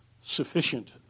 sufficient